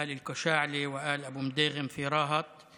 היושב-ראש, רבותיי השרים,